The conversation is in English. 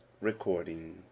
recording